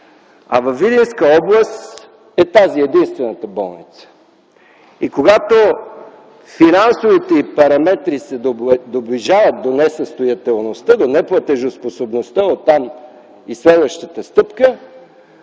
А във Видинска област тази е единствената болница и когато финансовите й параметри се доближават до несъстоятелността, до неплатежоспособността, оттам и следващата стъпка,